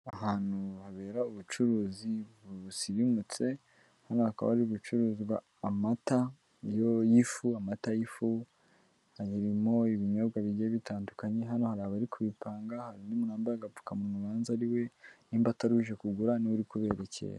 Ahantu habera ubucuruzi busirimutse, hakaba hari gucuruzwa amata yo y'ifu, amata y'ifu, harimo ibinyobwa bigiye bitandukanye, hano hari abari kuyipanga hari umuntu mwambaye agapfukamunwa, ubanza ariwe nimba ataruje kugura, niwe uri kuberekera.